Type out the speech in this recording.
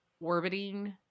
orbiting